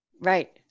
Right